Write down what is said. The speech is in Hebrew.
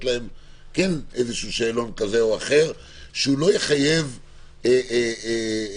להם שאלון כזה או אחר שלא יחייב תעודות?